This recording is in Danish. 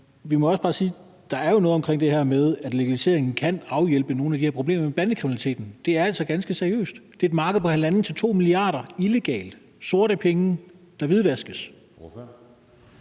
vi må også bare sige, at der jo er noget omkring det her med, at legaliseringen kan afhjælpe nogle af de her problemer med bandekriminaliteten. Det er altså ganske seriøst; det er et illegalt marked på 1,5-2 mia. kr. – sorte penge, der hvidvaskes.